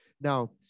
Now